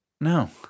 no